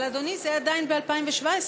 אבל אדוני זה עדיין ב-2017,